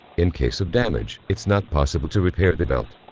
in case of damage it's not possible to repair the belt.